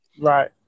right